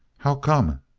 how come?